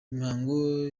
imihango